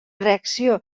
reacció